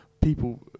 people